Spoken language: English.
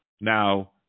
Now